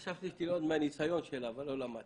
חשבתי שתלמד מהניסיון שלה, אבל לא למדת.